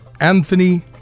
Anthony